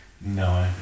No